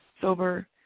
sober